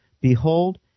Behold